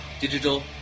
Digital